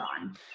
on